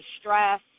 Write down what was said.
stress